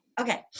Okay